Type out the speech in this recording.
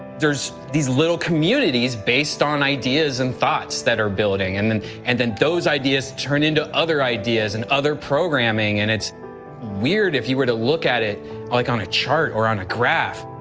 there's these little communities based on ideas and thoughts that are building and and those ideas turn into other ideas and other programming and it's weird if you were to look at it like on a chart or on a graph.